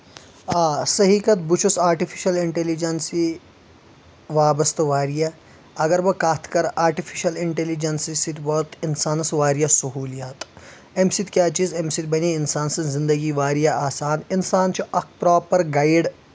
آ صحیح کَتھ بہٕ چھُس آرٹِفیشلی انٹیلیجنسی وابسط واریاہ اَگر بہٕ کَتھ کرٕ آرٹفیٚشل انٹیٚلجنسی سۭتۍ ووت اَنسانَس واریاہ سہوٗلیات اَمہِ سۭتۍ کیٚاہ چیٖز اَمہِ سۭتۍ بَنے اِنسان سٕنٛز زنٛدگی واریاہ آسان اِنسان چھُ اکھ پروپر گایڈ